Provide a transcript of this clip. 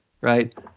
right